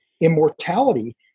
immortality